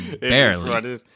barely